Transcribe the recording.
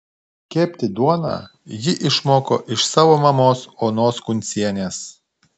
kepti duoną ji išmoko iš savo mamos onos kuncienės